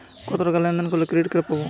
কতটাকা লেনদেন করলে ক্রেডিট কার্ড পাব?